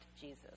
Jesus